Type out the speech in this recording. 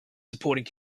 supporting